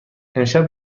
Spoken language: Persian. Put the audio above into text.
امشب